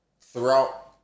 throughout